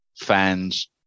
fans